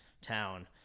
town